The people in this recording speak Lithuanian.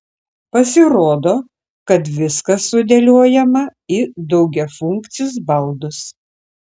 pasirodo kad viskas sudėliojama į daugiafunkcius baldus